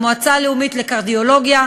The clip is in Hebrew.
המועצה הלאומית לקרדיולוגיה,